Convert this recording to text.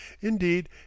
indeed